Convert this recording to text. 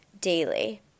daily